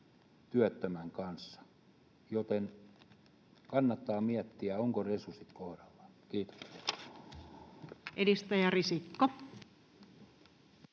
työttömän kanssa, joten kannattaa miettiä, ovatko resurssit kohdallaan. — Kiitos. [Speech 227]